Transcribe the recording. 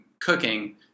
cooking